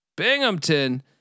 Binghamton